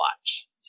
watch